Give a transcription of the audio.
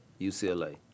UCLA